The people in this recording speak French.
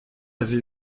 avait